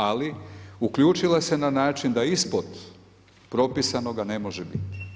Ali uključila se na način da ispod propisanoga ne može biti.